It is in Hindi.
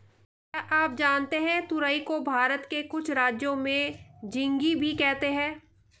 क्या आप जानते है तुरई को भारत के कुछ राज्यों में झिंग्गी भी कहते है?